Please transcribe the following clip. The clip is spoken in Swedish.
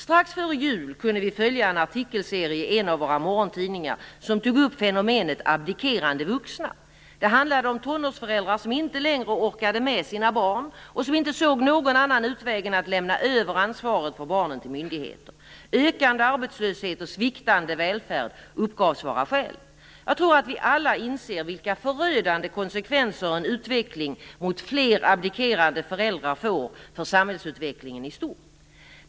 Strax före jul kunde vi följa en artikelserie i en av våra morgontidningar som tog upp fenomenet "abdikerande vuxna". det handlar om tonårsföräldrar som inte längre orkade med sina barn och som inte såg någon annan utväg än att lämna över ansvaret för barnen till myndigheter. Ökande arbetslöshet och sviktande välfärd uppgavs vara skälet. Jag tror att vi alla inser vilka förödande konsekvenser en utveckling mot fler abdikerande föräldrar får för samhällsutvecklingen i stort.